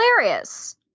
hilarious